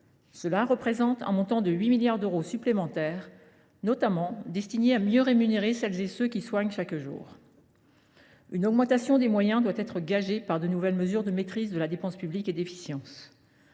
il représente un montant de 8 milliards d’euros supplémentaires, qui serviront notamment à mieux rémunérer celles et ceux qui nous soignent au quotidien. Une augmentation des moyens doit être gagée par de nouvelles mesures de maîtrise de la dépense publique et d’efficience.